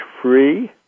free